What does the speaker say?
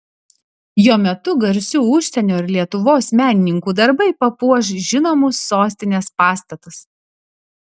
jo metu garsių užsienio ir lietuvos menininkų darbai papuoš žinomus sostinės pastatus